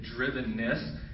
drivenness